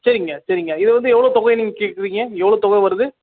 சரிங்யா சரிங்யா இது வந்து எவ்வளோ தொகை நீங்கள் கேட்குறிங்க எவ்வளோ தொகை வருது